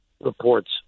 reports